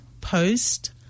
post